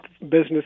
business